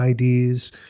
IDs